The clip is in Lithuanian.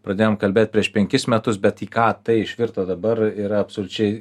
pradėjom kalbėt prieš penkis metus bet į ką tai išvirto dabar yra absoliučiai